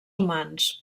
humans